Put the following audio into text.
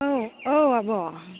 औ औ आब'